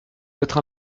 votre